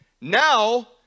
Now